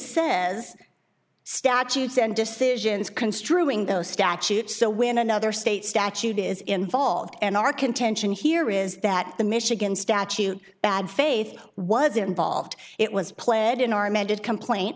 says statutes and decisions construing those statutes so when another state statute is involved and our contention here is that the michigan statute bad faith was involved it was pled in our amended complaint